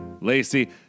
Lacey